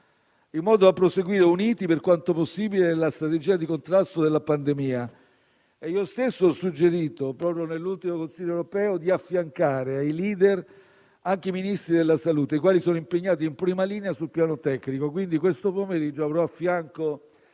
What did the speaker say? in modo da proseguire uniti, per quanto possibile, nella strategia di contrasto della pandemia. Io stesso ho suggerito, proprio nell'ultimo Consiglio europeo, di affiancare ai *leader* anche i Ministri della salute, i quali sono impegnati in prima linea sul piano tecnico. Quindi, questo pomeriggio avrò a fianco